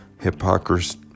hypocrisy